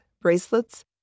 bracelets